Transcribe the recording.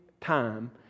time